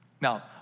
Now